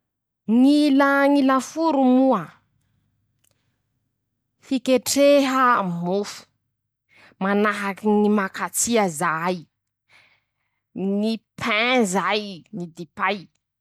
<…ptoa>Ñy ilà ñy laforo moa: -<ptoa>Hiketreha mofo. manahaky ñy makatsia zay. ñy paim zay ñy dipay.